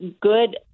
good